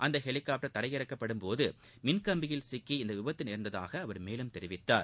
அந்த ஹெலிகாப்டர் தரையிறக்கப்படும்போது மின்கம்பியில் சிக்கி இந்த விபத்து நேர்ந்ததாக அவர் தெரிவித்தார்